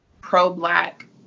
pro-black